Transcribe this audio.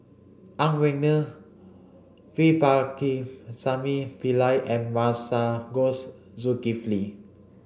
Ang Wei Neng V Pakirisamy Pillai and Masagos Zulkifli